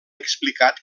explicat